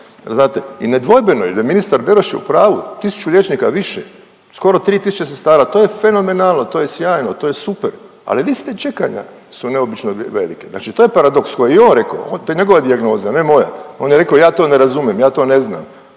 znate i nedvojbeno jer ministar Beroš je upravu, 1000 liječnika više, skoro 3000 sestara, to je fenomenalno, to je sjajno, to je super, ali liste čekanja su neobično velike, znači to je paradoks koji je on rekao, to je njegova dijagnoza, ne moja. On je rekao ja to ne razumijem, ja to ne znam,